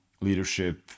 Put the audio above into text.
leadership